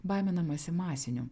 baiminamasi masinių